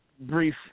brief